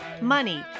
money